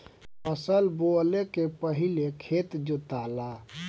फसल बोवले के पहिले खेत जोताला